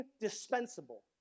indispensable